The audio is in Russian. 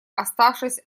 оставшись